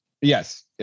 Yes